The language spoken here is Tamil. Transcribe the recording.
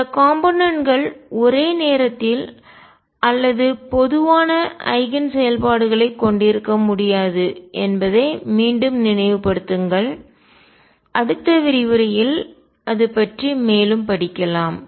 இந்த காம்போனென்ட்கள் கூறுகள் ஒரே நேரத்தில் அல்லது பொதுவான ஐகன் செயல்பாடுகளை கொண்டிருக்க முடியாது என்பதை மீண்டும் நினைவுபடுத்துங்கள் அடுத்த விரிவுரையில் அது பற்றி மேலும் படிக்கலாம்